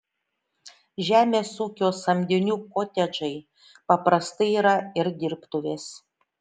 žemės ūkio samdinių kotedžai paprastai yra ir dirbtuvės